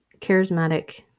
charismatic